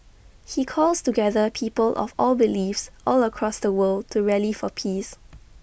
he calls together people of all beliefs all across the world to rally for peace